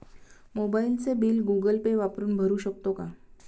मोबाइलचे bill Google Pay वापरून भरू शकतो का?